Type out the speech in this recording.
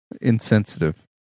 insensitive